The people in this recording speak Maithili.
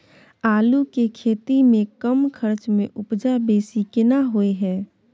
आलू के खेती में कम खर्च में उपजा बेसी केना होय है?